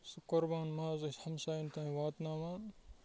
سُہ قۄربان ماز أسۍ ہمسایَن تانۍ واتناوان